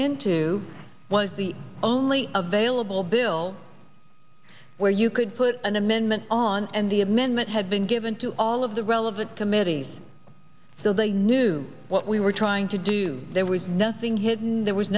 into was the only available bill where you could put an amendment on and the amendment had been given to all of the relevant committees so they knew what we were trying to do there was nothing hidden there was